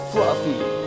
Fluffy